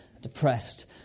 depressed